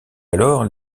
alors